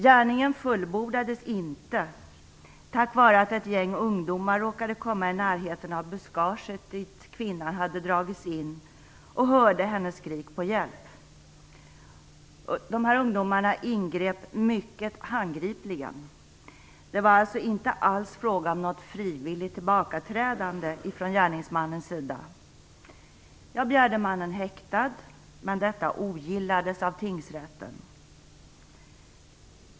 Gärningen fullbordades inte, tack vare att ett gäng ungdomar råkade komma i närheten av det buskage dit kvinnan hade dragits in och hörde hennes skrik på hjälp. De här ungdomarna ingrep mycket handgripligt. Det var alltså inte alls fråga om något frivilligt tillbakaträdande från gärningsmannens sida. Jag begärde mannen häktad, men detta ogillades av tingsrätten.